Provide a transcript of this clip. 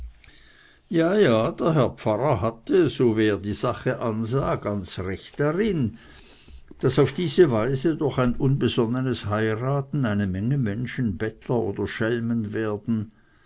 ja ja der herr pfarrer hatte so wie er die sache ansah ganz recht darin daß auf diese weise durch ein unbesonnenes heiraten eine menge menschen bettler oder schelmen werden